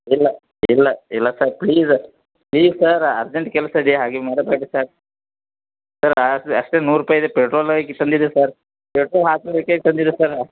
ಇಲ್ಲ ಇಲ್ಲ ಇಲ್ಲ sir please sir please sir urgent ಕೆಲಸ ಇದೆ ಹಾಗೆ ಮಾಡಬೇಡಿ ಸರ್ ಸರ್ ಅಷ್ಟೇ ನೂರು ರೂಪಾಯಿ ಇದೆ ಪೆಟ್ರೋಲ್ ಹಾಕಕ್ಕೆ ಸಲ್ಲಿದೆ ಸರ್ ಪೆಟ್ರೋಲ್ ಹಾಕೋದಕ್ಕೆ ತಂದಿದ್ದೀನಿ ಸರ್